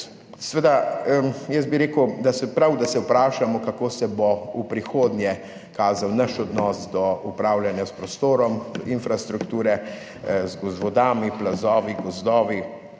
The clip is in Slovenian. Seveda, jaz bi rekel, da je prav, da se vprašamo, kako se bo v prihodnje kazal naš odnos do upravljanja s prostorom, infrastrukturo, z vodami, plazovi, gozdovi,